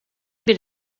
bir